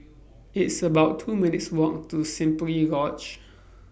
It's about two minutes' Walk to Simply Lodge